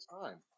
time